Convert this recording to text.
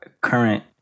current